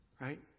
Right